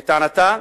לטענתה: